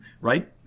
right